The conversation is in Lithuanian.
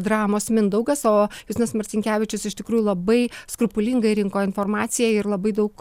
dramos mindaugas o justinas marcinkevičius iš tikrųjų labai skrupulingai rinko informaciją ir labai daug